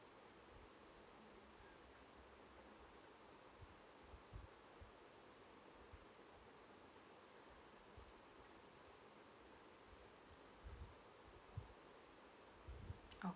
oh